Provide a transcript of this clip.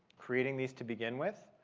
creating these to begin with,